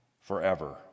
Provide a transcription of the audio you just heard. forever